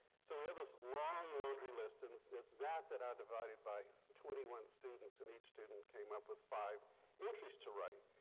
so we have this long laundry list and it's that that i divided by twenty one students and each student came up with five entries to write.